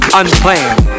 unplanned